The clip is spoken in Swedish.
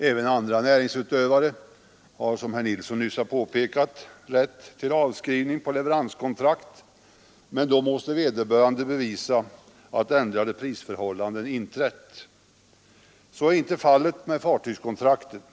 Även andra näringsutövare har, som herr Nilsson i Trobro nyss har påpekat, rätt till avskrivning på leveranskontrakt, men då måste vederbörande bevisa att ändrade prisförhållanden inträtt. Så är inte fallet med fartygskontrakten.